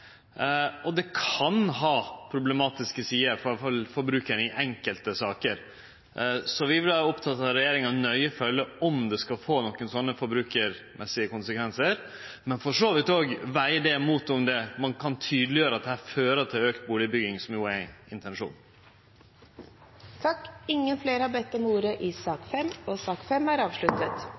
og som er grunnen til at vi vel å støtte det. Det kan ha problematiske sider for forbrukaren i enkelte saker. Vi er opptekne av at regjeringa nøye følgjer med på om det skal få slike konsekvensar for forbrukarane – og for så vidt også vege det opp mot om ein kan tydeleggjere om dette kan føre til auka bustadbygging, som er intensjonen. Flere har ikke bedt om ordet til sak